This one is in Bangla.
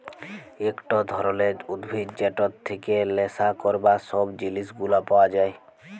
একট ধরলের উদ্ভিদ যেটর থেক্যে লেসা ক্যরবার সব জিলিস গুলা পাওয়া যায়